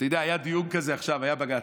אתה יודע, היה דיון כזה עכשיו, היה בג"ץ.